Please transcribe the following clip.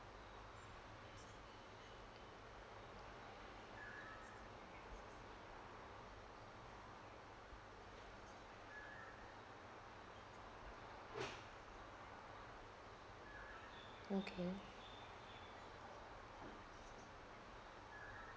okay